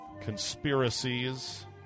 conspiracies